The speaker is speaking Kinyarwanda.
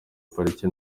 pariki